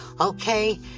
Okay